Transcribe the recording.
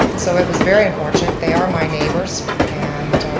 so it was very unfortunate, they are my neighbors. and